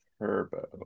Turbo